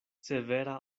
severa